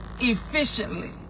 Efficiently